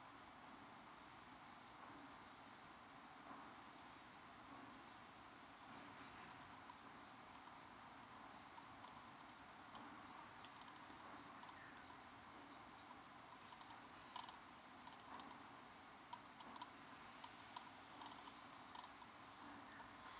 uh oh uh oh oh